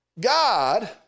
God